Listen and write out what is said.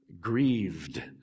grieved